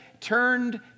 turned